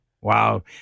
Wow